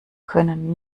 können